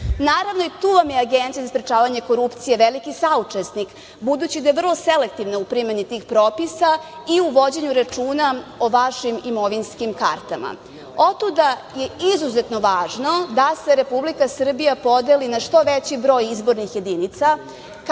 Naravno, i tu vam je Agencija za sprečavanje korupcije veliki saučesnik, budući da je vrlo selektivna u primeni tih propisa i u vođenju računa o vašim imovinskim kartama. Otuda je izuzetno važno da se Republike Srbija podeli na što veći broj izbornih jedinica